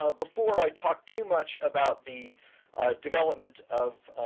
ah before i talk too much about the development of